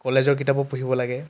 কলেজৰ কিতাপো পঢ়িব লাগে